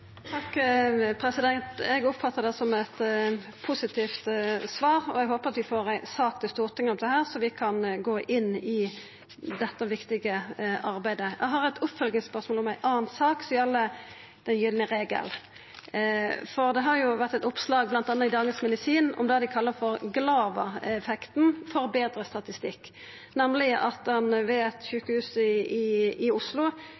Eg oppfattar det som eit positivt svar, og eg håpar at vi får ei sak til Stortinget om dette, slik at vi kan gå inn i dette viktige arbeidet. Eg har eit oppfølgingsspørsmål om ei anna sak, som gjeld den gylne regelen. Det har vore oppslag, bl.a. i Dagens Medisin, om det dei kallar glava-effekten for betre statistikk, nemleg at ein ved eit sjukehus i Oslo